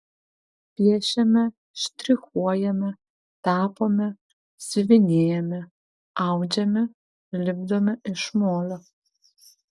piešiame štrichuojame tapome siuvinėjame audžiame lipdome iš molio